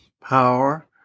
power